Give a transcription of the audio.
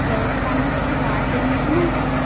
hair સ્પામાં પછી વાળ ડેમેજ ના થાય